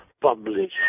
publish